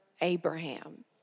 Abraham